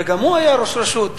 וגם הוא היה ראש רשות,